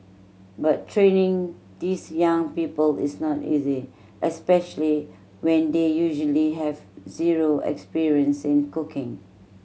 but training these young people is not easy especially when they usually have zero experience in cooking